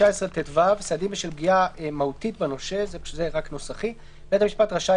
"סעדים בשל פגיעה מהותית בנושה 319טו. בית המשפט רשאי,